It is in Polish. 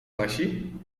wasi